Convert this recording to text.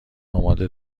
آماده